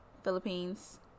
Philippines